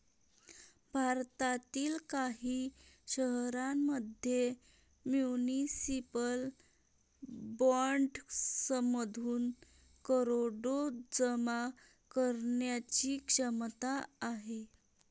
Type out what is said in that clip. भारतातील काही शहरांमध्ये म्युनिसिपल बॉण्ड्समधून करोडो जमा करण्याची क्षमता आहे